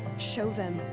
show them.